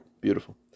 beautiful